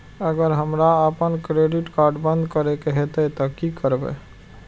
अगर हमरा आपन क्रेडिट कार्ड बंद करै के हेतै त की करबै?